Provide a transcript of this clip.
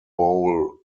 bowl